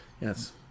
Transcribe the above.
Yes